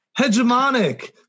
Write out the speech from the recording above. hegemonic